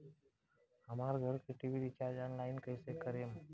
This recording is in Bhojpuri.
हमार घर के टी.वी रीचार्ज ऑनलाइन कैसे करेम?